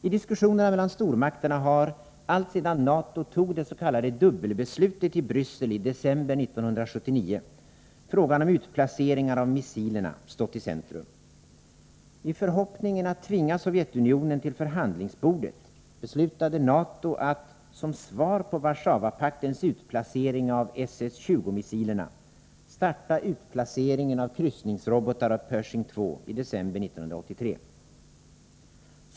I diskussionerna mellan stormakterna har — alltsedan NATO tog det s.k. dubbelbeslutet i Bryssel i december 1979 — frågan om utplaceringar av missilerna stått i centrum. I förhoppningen att tvinga Sovjetunionen till förhandlingsbordet beslutade NATO att — som ett svar på Warszawapaktens utplacering av SS 20-missilerna — starta utplaceringen av kryssningsrobotar och Pershing II i december 1983.